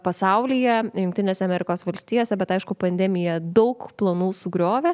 pasaulyje jungtinėse amerikos valstijose bet aišku pandemija daug planų sugriovė